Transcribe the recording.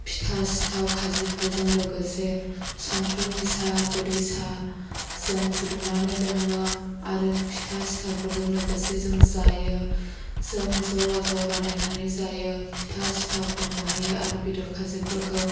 फिथा सिथाव खाजिफोरजों लोगोसे संक्रिनि साहा गोदै साहा जों फुदुंनानै लोङो आरो फिथा सिथावफोरजों लोगोसे जों जायो जों ज ज रानलायनानै जायो फिथा सिथावफोरखौहाय आरो बेदर खाजिफोरखौ